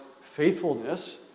faithfulness